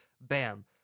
bam